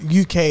UK